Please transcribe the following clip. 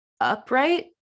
upright